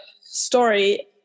story